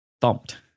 Thumped